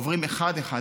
עוברים אחד-אחד,